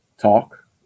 talk